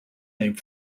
name